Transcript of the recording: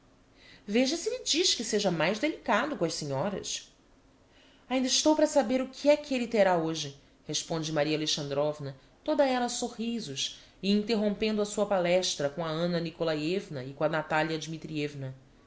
veja se lhe diz que seja mais delicado com as senhoras ainda estou para saber o que é que elle terá hoje responde maria alexandrovna toda ella sorrisos e interrompendo a sua palestra com a anna nikolaievna e com a natalia